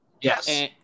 Yes